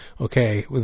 okay